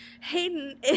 hayden